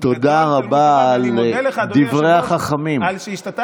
תודה רבה על דברי החכמים.